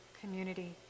community